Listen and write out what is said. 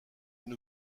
une